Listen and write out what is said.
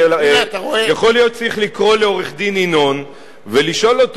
יכול להיות שצריך לקרוא לעורך-הדין ינון ולשאול אותו